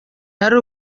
ari